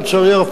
לצערי הרב,